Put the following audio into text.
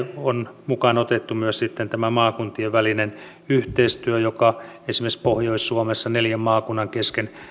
on mukaan otettu myös sitten tämä maakuntien välinen yhteistyö joka esimerkiksi pohjois suomessa neljän maakunnan kesken